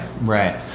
right